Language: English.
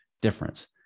difference